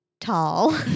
tall